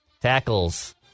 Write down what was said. tackles